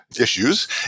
issues